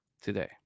today